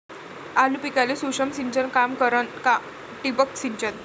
आलू पिकाले सूक्ष्म सिंचन काम करन का ठिबक सिंचन?